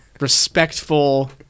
respectful